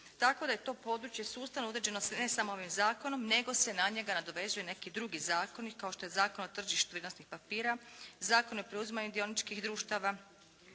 Tako da je to područje sustavno uređeno ne samo ovim zakonom nego se na njega nadovezuju neki drugi zakoni kao što je Zakon o tržištu vrijednosnih papira, Zakon o preuzimanju dioničkih društava,